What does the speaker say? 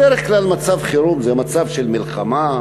בדרך כלל מצב חירום זה מצב של מלחמה,